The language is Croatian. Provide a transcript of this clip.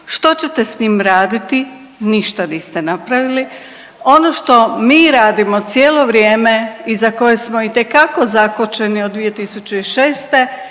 što ćete s njim raditi, ništa niste napravili. Ono što mi radimo cijelo vrijeme i za koje smo itekako zakočeni od 2006.